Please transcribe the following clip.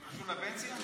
זה קשור לפנסיה?